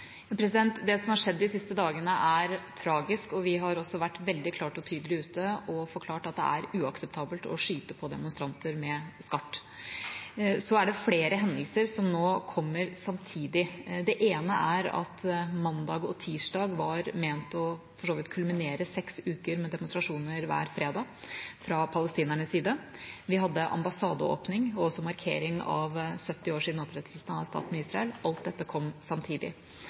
Det som har skjedd de siste dagene, er tragisk, og vi har også vært veldig klart og tydelig ute og forklart at det er uakseptabelt å skyte på demonstranter med skarpt. Det er flere hendelser som nå kommer samtidig. Det ene er at mandag og tirsdag for så vidt var ment å kulminere med tanke på seks uker med demonstrasjoner hver fredag fra palestinernes side, og vi hadde ambassadeåpning og også markering av at det er 70 år siden opprettelsen av staten Israel. Alt dette kom samtidig.